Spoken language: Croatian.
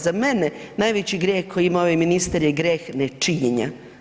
Za mene najveći grijeh koji imao je ministar je greh nečinjenja.